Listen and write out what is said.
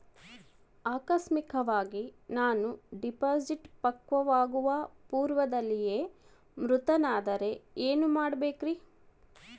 ಆಕಸ್ಮಿಕವಾಗಿ ನಾನು ಡಿಪಾಸಿಟ್ ಪಕ್ವವಾಗುವ ಪೂರ್ವದಲ್ಲಿಯೇ ಮೃತನಾದರೆ ಏನು ಮಾಡಬೇಕ್ರಿ?